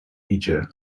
idzie